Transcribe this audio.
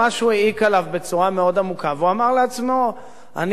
והוא אמר לעצמו: אני לא ארצה לשאת על